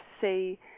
see